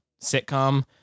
sitcom